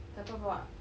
siapa bawa